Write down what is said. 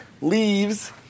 leaves